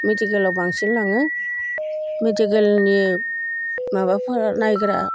मिडिकेलाव बांसिन लाङो मिडिकेलनि माबाफोर नायग्रा